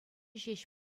ҫеҫ